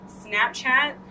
Snapchat